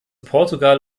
portugal